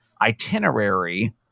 itinerary